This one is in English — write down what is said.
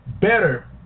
better